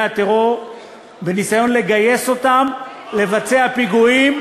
הטרור בניסיון לגייס אותם לבצע פיגועים,